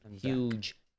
Huge